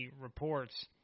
reports